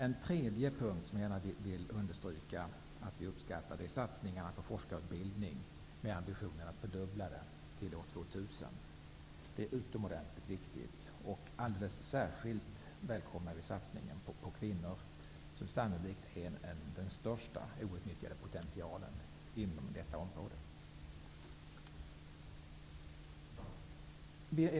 En annan punkt där jag gärna vill understryka vår uppskattning gäller satsningarna på forskarutbildningen, med ambitionen att fördubbla denna fram till år 2000. Det är utomordentligt viktigt. Speciellt mycket välkomnar vi satsningen på kvinnor, som sannolikt är den största outnyttjade potentialen inom detta område.